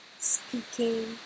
speaking